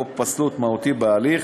פגם או פסול מהותי בהליך,